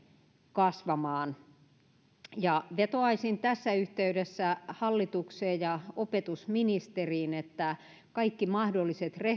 kasvamaan vetoaisin tässä yhteydessä hallitukseen ja opetusministeriin että kaikki mahdolliset